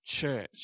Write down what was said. church